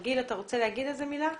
גיל, אתה רוצה לומר מילה?